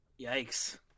Yikes